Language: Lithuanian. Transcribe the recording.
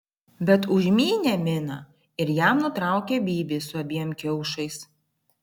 bet užmynė miną ir jam nutraukė bybį su abiem kiaušais